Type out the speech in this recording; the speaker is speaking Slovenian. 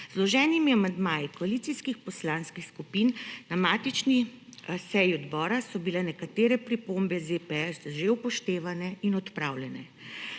vloženimi amandmaji koalicijskih poslanskih skupin na matični seji odbora so bile nekatere pripombe ZPS že upoštevane in odpravljene.